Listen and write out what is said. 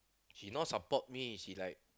she's not support me she like